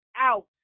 out